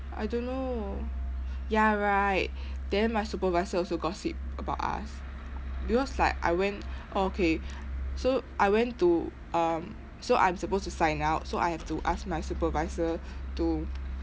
I don't know ya right then my supervisor also gossip about us because like I went oh okay so I went to um so I am supposed to sign out so I have to to ask my supervisor to